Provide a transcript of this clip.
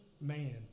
man